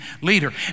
leader